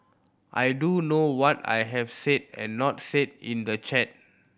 I do know what I have said and not said in the chat